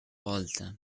volta